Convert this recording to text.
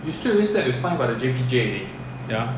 ya